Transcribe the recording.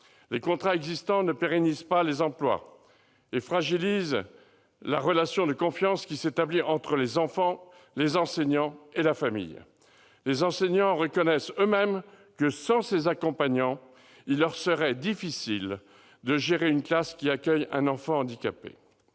Les contrats existants ne pérennisent pas les emplois et fragilisent la relation de confiance qui s'établit entre les enfants, les enseignants et la famille. Les enseignants reconnaissent eux-mêmes que, sans ces accompagnants, il leur serait difficile de gérer une classe accueillant un enfant handicapé.